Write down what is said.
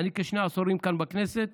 אני כשני עשורים כאן בכנסת